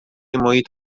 محیط